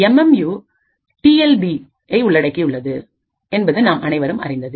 M M U D L P I உள்ளடக்கியுள்ளது என்பது நாம் அனைவரும் அறிந்ததே